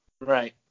Right